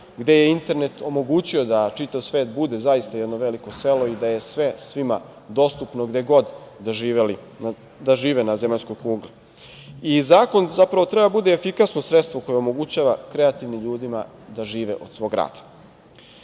gde je internet omogućio da čitav svet bude zaista jedno veliko selo i da je sve svima dostupno gde god da žive na zemaljskoj kugli. Zakon, zapravo treba da bude efikasno sredstvo koje omogućava kreativnim ljudima da žive od svog rada. Mi